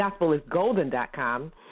GospelIsGolden.com